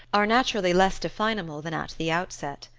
are naturally less definable than at the outset.